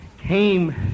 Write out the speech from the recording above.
Came